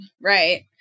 right